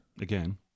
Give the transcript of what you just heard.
Again